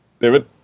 David